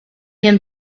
him